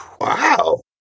Wow